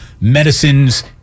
medicines